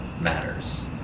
matters